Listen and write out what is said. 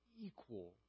equal